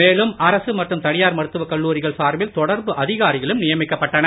மேலும் அரசு மற்றும் தனியார் மருத்துவக் கல்லூரிகள் சார்பில் தொடர்பு அதிகாரிகளும் நியமிக்கப்பட்டனர்